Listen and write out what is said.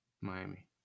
Miami